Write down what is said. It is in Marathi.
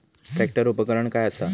ट्रॅक्टर उपकरण काय असा?